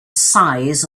size